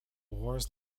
wars